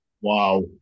Wow